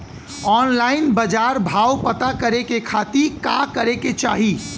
Online बाजार भाव पता करे के खाती का करे के चाही?